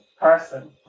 person